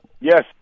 Yes